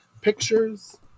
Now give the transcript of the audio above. pictures